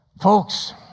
Folks